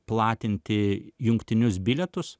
platinti jungtinius bilietus